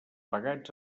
pagats